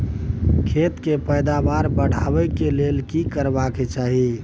खेत के पैदावार बढाबै के लेल की करबा के चाही?